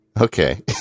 Okay